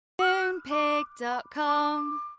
Moonpig.com